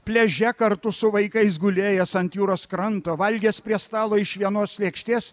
pliaže kartu su vaikais gulėjęs ant jūros kranto valgęs prie stalo iš vienos lėkštės